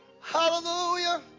Hallelujah